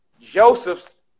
Joseph's